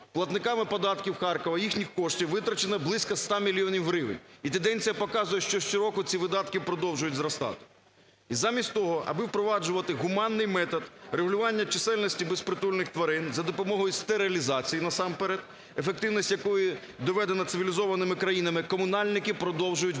платниками податків Харкова, їхніх коштів витрачено близько 100 мільйонів гривень, і тенденція показує, що щороку ці видатки продовжують зростати. І замість того, аби впроваджувати гуманний метод регулювання чисельності безпритульних тварин, за допомогою стерилізації насамперед, ефективність якої доведено цивілізованими країнами, комунальники продовжують вбивати